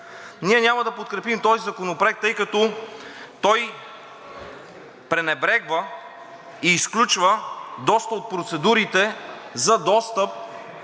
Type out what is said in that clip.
Ние няма да подкрепим този законопроект, тъй като той пренебрегва и изключва доста от процедурите за достъп,